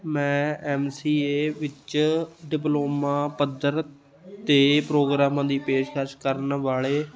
ਮੈਂ M C A ਵਿੱਚ diploma ਪੱਧਰ ਦੇ ਪ੍ਰੋਗਰਾਮਾਂ ਦੀ ਪੇਸ਼ਕਸ਼ ਕਰਨ ਵਾਲੇ